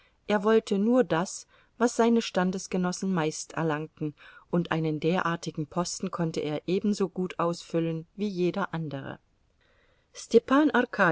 er wollte nur das was seine standesgenossen meist erlangten und einen derartigen posten konnte er ebensogut ausfüllen wie jeder andere stepan